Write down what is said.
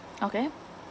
okay